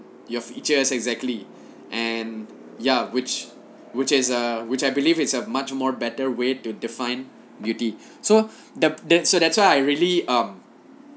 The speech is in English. your features exactly and ya which which is uh which I believe it's a much more better way to define beauty so the the so that's why I really um